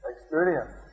experience